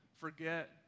forget